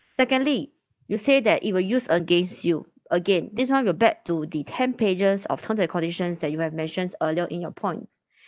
secondly you said that it will use against you again this [one] will back to the ten pages of terms and conditions that you have mentioned earlier in your points